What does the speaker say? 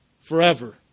Forever